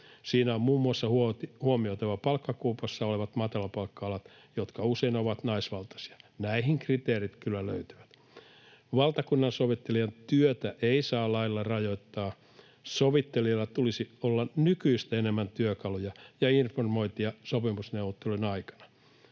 Siinä on huomioitava muun muassa palkkakuopassa olevat matalapalkka-alat, jotka usein ovat naisvaltaisia. Näihin kriteerit kyllä löytyvät. Valtakunnansovittelijan työtä ei saa lailla rajoittaa. Sovittelijalla tulisi olla nykyistä enemmän työkaluja ja informointia sopimusneuvottelujen aikana.